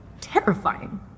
terrifying